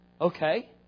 Okay